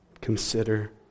Consider